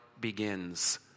begins